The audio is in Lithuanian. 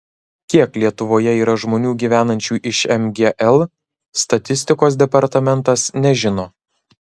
kiek lietuvoje yra žmonių gyvenančių iš mgl statistikos departamentas nežino